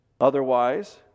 Otherwise